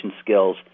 skills